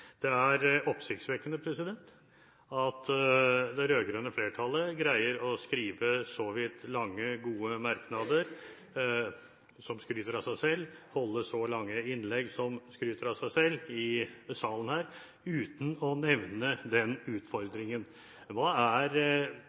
Det er oppsiktsvekkende at det rød-grønne flertallet greier å skrive så vidt lange, gode merknader der man skryter av seg selv, holde så lange innlegg der man skryter av seg selv – i salen her – uten å nevne den utfordringen. Hva er